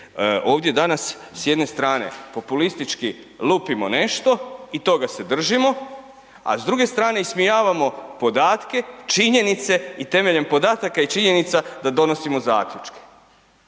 ovdje danas s jedne strane populistički lupimo nešto i toga se držimo a s druge strane ismijavamo podatke, činjenice i temeljem podataka i činjenica da donosimo zaključke.